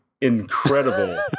incredible